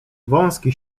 wąski